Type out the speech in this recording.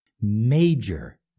major